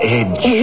edge